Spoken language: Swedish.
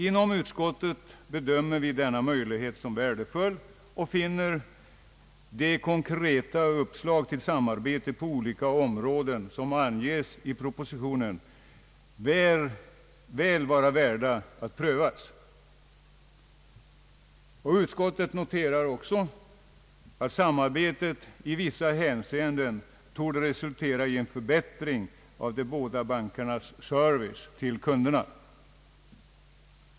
Inom utskottet bedömer vi denna möjlighet som värdefull och finner de konkreta uppslag till samarbete på olika områden som anges i propositionen vara väl värda att pröva. Utskottet noterar också att samarbetet i vissa hänseenden torde resultera i en förbättring av de båda bankernas service till kunderna.